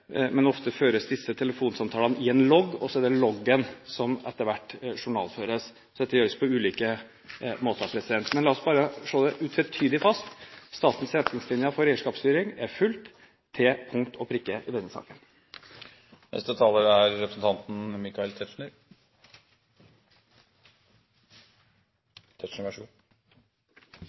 men ofte føres disse telefonsamtalene i en logg, og så er det den loggen som etter hvert journalføres. Så dette gjøres på ulike måter. Men la oss bare slå det utvetydig fast: Statens retningslinjer for eierskapsstyring er fulgt til punkt og prikke i denne saken.